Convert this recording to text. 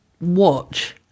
watch